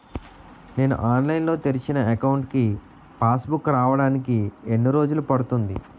నేను ఆన్లైన్ లో తెరిచిన అకౌంట్ కి పాస్ బుక్ రావడానికి ఎన్ని రోజులు పడుతుంది?